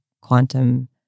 quantum